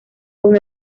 con